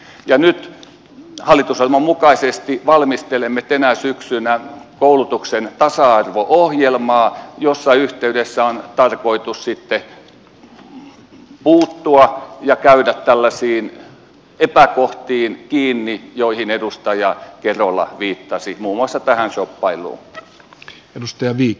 ja nyt hallitusohjelman mukaisesti valmistelemme tänä syksynä koulutuksen tasa arvo ohjelmaa jossa yhteydessä on tarkoitus sitten puuttua ja käydä tällaisiin epäkohtiin kiinni joihin edustaja kerola viittasi muun muassa tähän shoppailuun